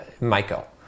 Michael